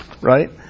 right